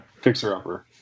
fixer-upper